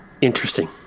Interesting